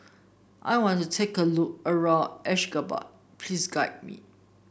I want to have a look around Ashgabat please guide me